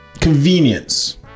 convenience